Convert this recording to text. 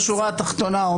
בשורה התחתונה,